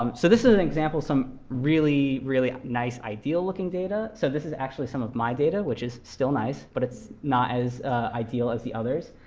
um so this is an example, some really, really nice ideal-looking data. so this is actually some of my data, which is still nice, but it's not as ideal as the others.